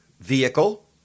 vehicle